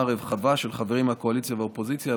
רחבה של חברים מהקואליציה ומהאופוזיציה.